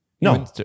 No